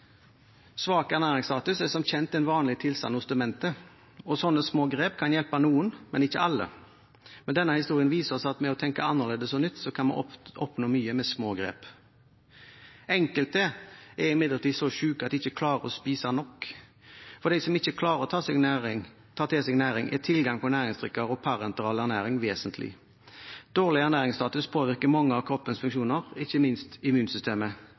er som kjent en vanlig tilstand hos demente. Slike små grep kan hjelpe noen, men ikke alle, men denne historien viser at ved å tenke annerledes og nytt kan vi oppnå mye med små grep. Enkelte er imidlertid så syke at de ikke klarer å spise nok. For dem som ikke klarer å ta til seg næring, er tilgang på næringsdrikker og parenteral næring vesentlig. Dårlig ernæringsstatus påvirker mange av kroppens funksjoner, ikke minst immunsystemet. Man skulle derfor tro at man i